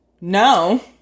No